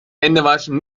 händewaschen